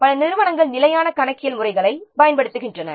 பல நிறுவனங்கள் standard accounting சிஸ்டமை பயன்படுத்துகின்றன